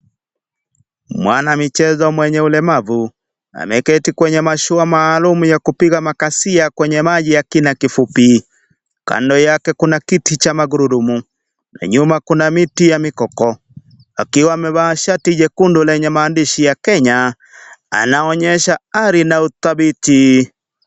Mwanamichezo mwenye ulemavu ameketi kwenye mashua maalum ya kupiga makasia kwenye maji ya kina kifupi. Kando yake kuna kiti cha magurudumu na nyuma kuna miti ya mikoko akiwa amevaa shati jekundu lenye maandishi ya Kenya. Anaonyesha ari na uthabiti.